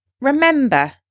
remember